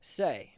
say